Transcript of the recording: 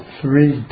three